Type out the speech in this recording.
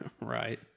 Right